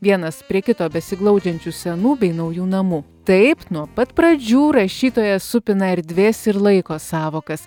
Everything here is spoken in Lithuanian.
vienas prie kito besiglaudžiančių senų bei naujų namų taip nuo pat pradžių rašytojas supina erdvės ir laiko sąvokas